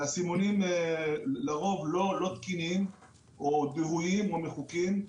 והסימונים לרוב תקינים, דהויים או מחוקים.